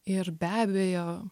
ir be abejo